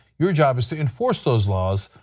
your job is to enforce those laws,